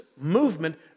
movement